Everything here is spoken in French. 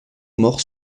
morts